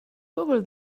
google